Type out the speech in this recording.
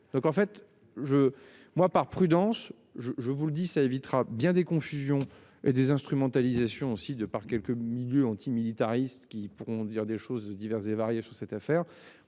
Donc en fait je moi par prudence je je vous le dis, ça évitera bien des confusions et des instrumentalisations aussi de par quelques milieux antimilitaristes qui pourront dire des choses divers et variés sur cette affaire.